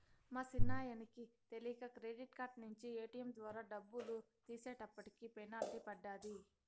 మా సిన్నాయనకి తెలీక క్రెడిట్ కార్డు నించి ఏటియం ద్వారా డబ్బులు తీసేటప్పటికి పెనల్టీ పడ్డాది